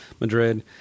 Madrid